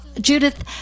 Judith